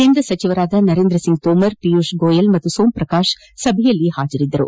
ಕೇಂದ್ರ ಸಚಿವರಾದ ನರೇಂದ್ರ ಸಿಂಗ್ ತೋಮರ್ ಪಿಯೂಷ್ ಗೋಯಲ್ ಮತ್ತು ಸೋಮ್ ಪ್ರಕಾಶ್ ಅವರು ಸಭೆಯಲ್ಲಿ ಭಾಗವಹಿಸಿದ್ದರು